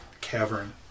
cavern